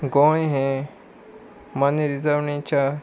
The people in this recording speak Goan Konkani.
गोंय हें मन रिजवणेच्या